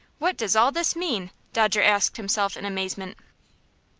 what does all this mean? dodger asked himself in amazement.